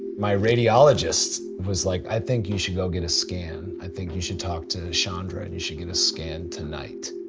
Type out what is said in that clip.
my radiologist was like, i think you should go get a scan, i think you should talk to chandra, and you should get a scan tonight.